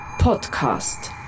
Podcast